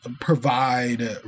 provide